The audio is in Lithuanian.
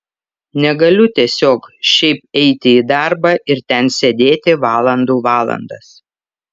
negaliu tiesiog šiaip eiti į darbą ir ten sėdėti valandų valandas